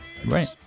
Right